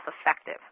effective